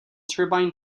turbine